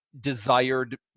desired